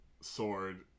sword